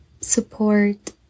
support